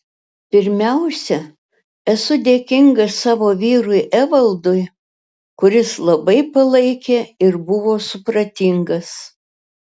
pirmiausia esu dėkinga savo vyrui evaldui kuris labai palaikė ir buvo supratingas